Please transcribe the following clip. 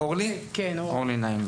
אורלי נעים,